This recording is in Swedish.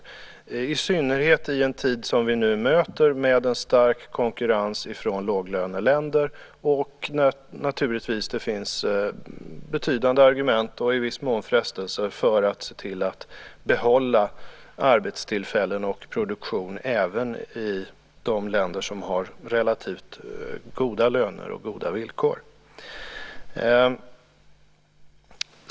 Detta gäller i synnerhet i en tid som vi nu möter med en stark konkurrens från låglöneländer. Det finns naturligtvis betydande argument och i viss mån frestelser för att se till att behålla arbetstillfällen och produktion även i de länder som har relativt goda löner och goda villkor.